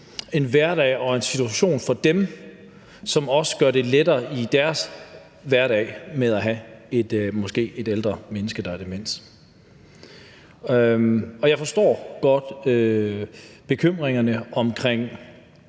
en hverdag og en situation for dem, som også gør det lettere i deres hverdag at have måske en ældre pårørende, der har demens. Jeg forstår godt bekymringerne i